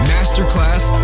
Masterclass